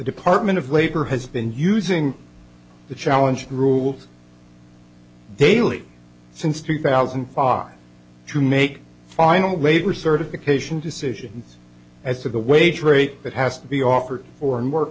department of labor has been using the challenge rules daily since two thousand and five to make final labor certification decisions as to the wage rate that has to be offered or and